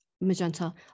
Magenta